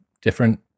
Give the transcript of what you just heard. different